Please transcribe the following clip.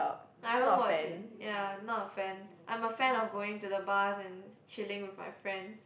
I don't watch it ya not a fan I'm a fan of going to the bars and chilling with my friends